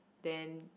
then